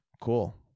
cool